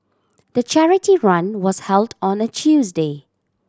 the charity run was held on a Tuesday